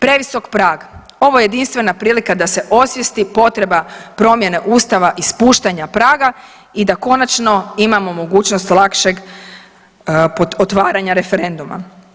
Previsok prag, ovo je jedinstvena prilika da se osvijesti potreba promjene Ustava i spuštanja praga i da konačno imamo mogućnost lakšeg otvaranja referenduma.